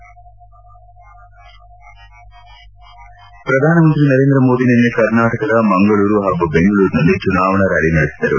ಶ್ರಧಾನ ಮಂತ್ರಿ ನರೇಂದ್ರ ಮೋದಿ ನಿನ್ನೆ ಕರ್ನಾಟಕದ ಮಂಗಳೂರು ಹಾಗೂ ಬೆಂಗಳೂರಿನಲ್ಲಿ ಚುನಾವಣಾ ರ್ಹಾಲಿ ನಡೆಸಿದರು